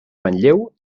manlleu